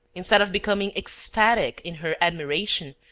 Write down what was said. instead of becoming ecstatic in her admiration,